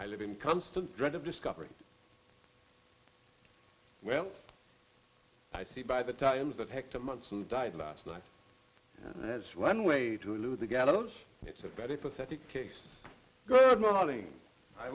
i live in constant dread of discovery well i see by the times that hector months who died last night and that's one way to elude the gallows it's a very pathetic case good morning i